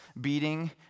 beating